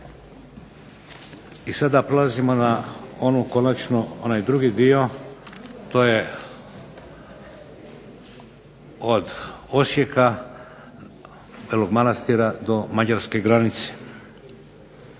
I sada prelazimo na onu konačnu, onaj drugi dio, to je od Osijeka, Belog Manastira do mađarske granice.